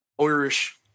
Irish